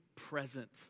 present